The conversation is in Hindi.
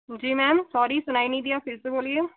जी मैम सॉरी सुनाई नहीं दिया फिर से बोलिए